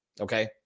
okay